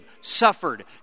suffered